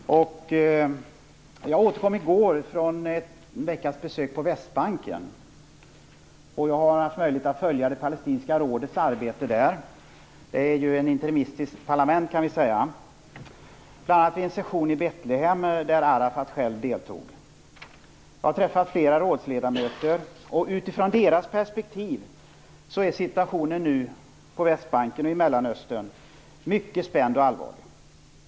Fru talman! Jag vill rikta en fråga till utrikesministern. Jag återkom i går från en veckas besök på Västbanken. Där har jag haft möjlighet att följa arbetet i det palestinska rådet - ett interimistiskt parlament, kan man säga - bl.a. vid en session i Betlehem, där Jag har träffat flera rådsledamöter, och utifrån deras perspektiv är nu situationen på Västbanken och i hela Mellanöstern mycket spänd och allvarlig.